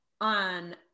on